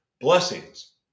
blessings